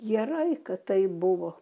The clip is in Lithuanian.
gerai kad tai buvo